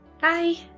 Bye